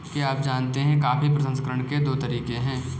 क्या आप जानते है कॉफी प्रसंस्करण के दो तरीके है?